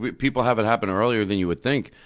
but people have it happen earlier than you would think.